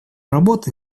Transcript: работы